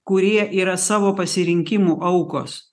kurie yra savo pasirinkimų aukos